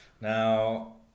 Now